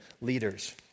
leaders